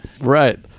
Right